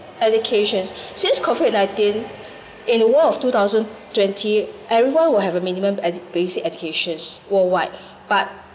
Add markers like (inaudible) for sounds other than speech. education since COVID nineteen in a world of two thousand twenty everyone will have a minimum basic educations worldwide (breath) but